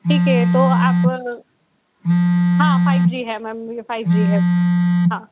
ठीक है तो आप हाँ फाइव जी है मैम फाइव जी है हाँ